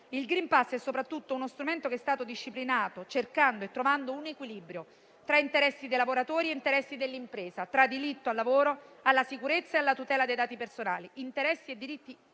Il *green pass* è soprattutto uno strumento che è stato disciplinato cercando e trovando un equilibrio tra interessi dei lavoratori e interessi dell'impresa, tra diritto al lavoro, alla sicurezza e alla tutela dei dati personali.